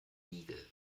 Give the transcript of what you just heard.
igel